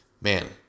Man